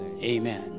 amen